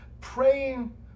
praying